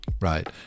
Right